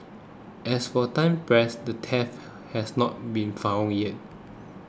as of time press the thief has not been found yet